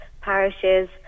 parishes